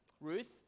Ruth